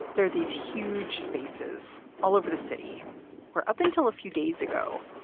there are these huge spaces all over the city where up until a few days ago,